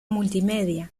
multimedia